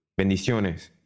Bendiciones